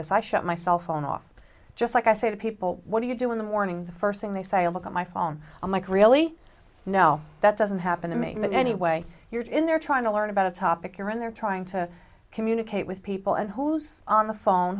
this i shut my cell phone off just like i say to people what do you do in the morning the first thing they say oh look at my phone i'm like really no that doesn't happen to me but anyway you're in there trying to learn about a topic you're in there trying to communicate with people and hose on the phone